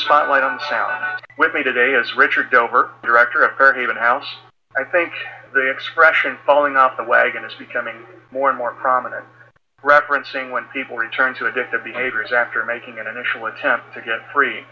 spotlight on chat with me today as richard dover director of her haven house i think the expression falling off the wagon is becoming more and more prominent referencing when people return to addictive behaviors after making initial attempts to get free